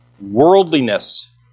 worldliness